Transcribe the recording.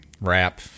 rap